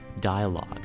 dialogue